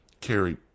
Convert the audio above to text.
carry